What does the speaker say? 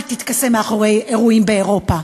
אל תתכסה מאחורי אירועים באירופה,